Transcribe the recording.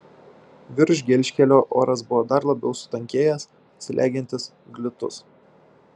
virš gelžkelio oras buvo dar labiau sutankėjęs slegiantis glitus